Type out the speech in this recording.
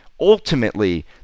Ultimately